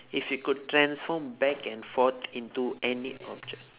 if you could transform back and forth into any object